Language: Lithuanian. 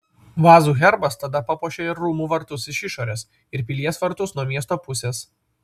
vazų herbas tada papuošė ir rūmų vartus iš išorės ir pilies vartus nuo miesto pusės